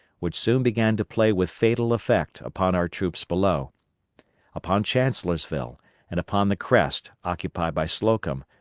which soon began to play with fatal effect upon our troops below upon chancellorsville and upon the crest occupied by slocum,